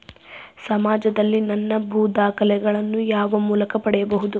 ಸಮಾಜದಲ್ಲಿ ನನ್ನ ಭೂ ದಾಖಲೆಗಳನ್ನು ಯಾವ ಮೂಲಕ ಪಡೆಯಬೇಕು?